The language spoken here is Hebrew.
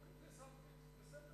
בסדר.